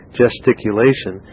gesticulation